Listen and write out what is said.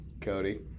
Cody